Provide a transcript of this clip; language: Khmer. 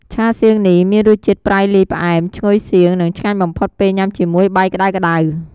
ឆាសៀងនេះ មានរសជាតិប្រៃលាយផ្អែម ឈ្ងុយសៀង និងឆ្ងាញ់បំផុតពេលញ៉ាំជាមួយបាយក្តៅៗ។